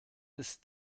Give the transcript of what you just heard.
ist